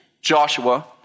Joshua